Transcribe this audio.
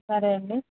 సరే అండి